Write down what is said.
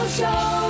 show